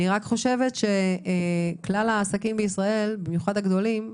אני חושבת שכלל העסקים בישראל, במיוחד הגדולים,